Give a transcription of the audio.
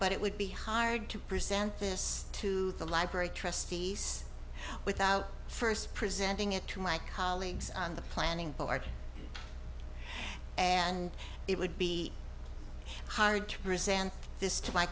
but it would be hard to present this to the library trustees without first presenting it to my colleagues on the planning board and it would be hard to resent this to my